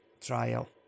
trial